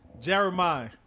Jeremiah